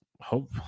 hope